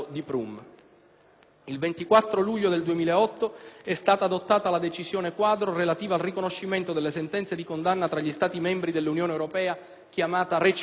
Il 24 luglio 2008 è stata adottata la decisione quadro relativa al riconoscimento delle sentenze di condanna tra gli Stati membri dell'Unione europea (chiamata «recidiva europea»).